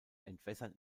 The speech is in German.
entwässern